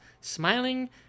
smiling